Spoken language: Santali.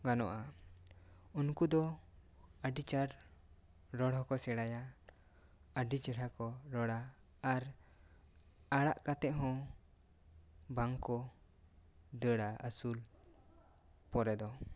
ᱜᱟᱱᱚᱜᱼᱟ ᱩᱱᱠᱩ ᱫᱚ ᱟᱹᱰᱤ ᱪᱟᱨ ᱨᱚᱲ ᱦᱚᱸᱠᱚ ᱥᱮᱬᱟᱭᱟ ᱟᱹᱰᱤ ᱪᱮᱦᱨᱟ ᱠᱚ ᱨᱚᱲᱟ ᱟᱨ ᱟᱲᱟᱜ ᱠᱟᱛᱮ ᱦᱚᱸ ᱵᱟᱝ ᱠᱚ ᱫᱟᱹᱲᱟ ᱟᱹᱥᱩᱞ ᱯᱚᱨᱮ ᱫᱚ